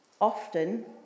Often